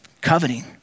coveting